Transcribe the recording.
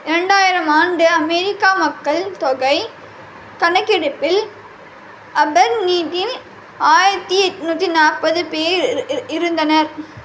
ரெண்டாயிரம் ஆண்டு அமெரிக்கா மக்கள்தொகைக் கணக்கெடுப்பில் அபர்னிடில் ஆயிரத்தி எட்நூற்றி நாற்பது பேர் இருந்தனர்